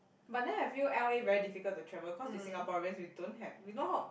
but then I feel L_A very difficult to travel cause we Singaporeans we don't have we know how